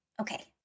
okay